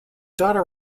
daughter